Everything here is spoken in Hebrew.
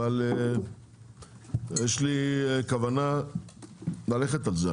אבל יש לי כוונה ללכת על זה.